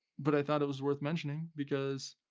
but i thought it was worth mentioning because